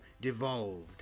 devolved